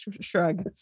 shrug